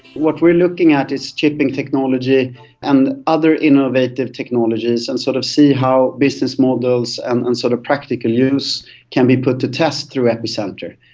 what we are looking at is chipping technology and other innovative technologies and sort of see how business models and and sort of practical use can be put to test through epicenter.